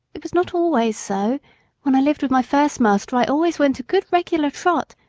it was not always so when i lived with my first master i always went a good regular trot,